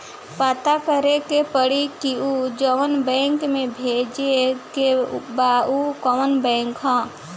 पता करे के पड़ी कि जवना बैंक में भेजे के बा उ कवन बैंक ह